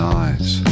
eyes